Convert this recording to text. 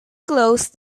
close